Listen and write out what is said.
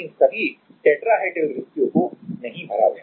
लेकिन सभी टेट्राहेड्रल रिक्तियों को नहीं भरा गया है